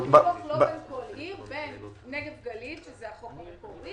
--- לא בכל עיר בין נגב גליל שזה החוק המקורי